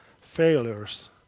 failures